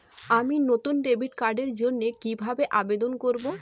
আমি নতুন ডেবিট কার্ডের জন্য কিভাবে আবেদন করব?